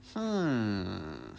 hmm